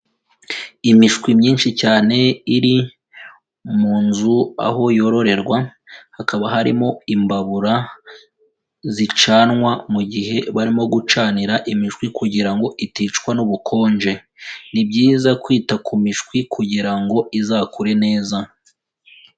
Imishwi myinshi cyane iri mu nzu aho yororerwa, hakaba harimo imbabura zicanwa mu gihe barimo gucanira imishwi kugira ngo iticwa n'ubukonje. Ni byiza kwita ku mishwi kugira ngo izakure neza.